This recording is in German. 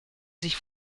sich